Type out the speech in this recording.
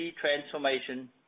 transformation